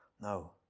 No